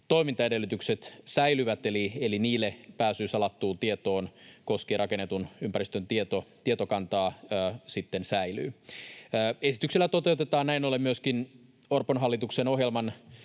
toimintaedellytykset säilyvät, eli niille pääsy salattuun tietoon, koskien rakennetun ympäristön tietokantaa, sitten säilyy. Esityksellä toteutetaan näin ollen myöskin Orpon hallituksen ohjelman